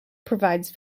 provides